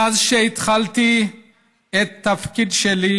מאז שהתחלתי את התפקיד שלי